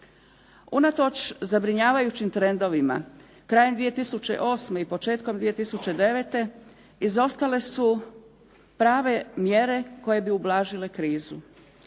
Unatoč zabrinjavajućim trendovima, krajem 2008. i početkom 2009. izostale su prave mjere koje bi ublažile krizu.